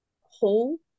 whole